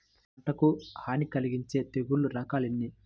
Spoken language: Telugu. పంటకు హాని కలిగించే తెగుళ్ల రకాలు ఎన్ని?